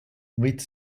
with